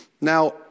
Now